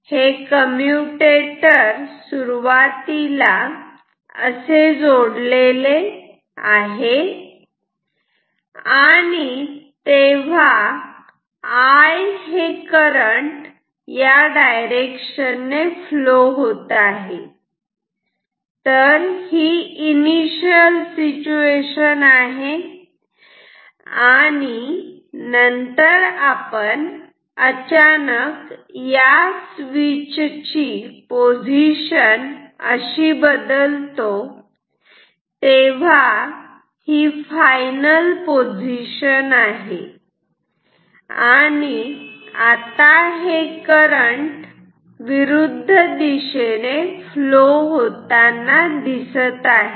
हे कम्प्युटेटर सुरुवातीला असे जोडलेले आहे आणि तेव्हा I हे करंट या डायरेक्शन ने फ्लो होत आहे तर ही इनिशियल सिच्युएशन आहे आणि नंतर आपण अचानक या स्विच ची पोझिशन अशी बदलतो तेव्हाही फायनल पोझिशन आहे आणि आता हे करंट विरुद्ध दिशेने फ्लो होत आहे